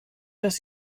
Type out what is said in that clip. dass